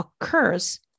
occurs